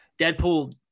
deadpool